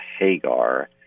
Hagar